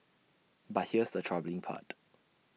but here's the troubling part